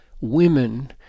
women